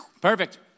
perfect